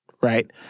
Right